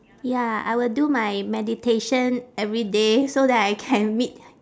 ya I will do my meditation every day so that I can meet